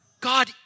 God